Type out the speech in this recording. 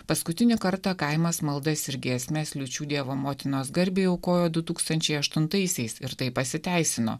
paskutinį kartą kaimas maldas ir giesmes liūčių dievo motinos garbei aukojo du tūkstančiai aštuntaisiais ir tai pasiteisino